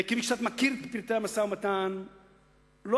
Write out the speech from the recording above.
אני יצאתי נגד